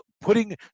putting